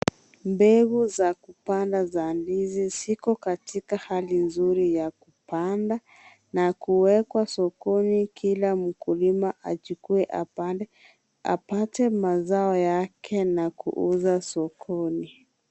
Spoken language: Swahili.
Mbegu za kupanda za ndizi ziko katika hali nzuri ya kupanda, na kuwekwa sokoni kila mkulima apande apate mazao yake na kuuza sokoni.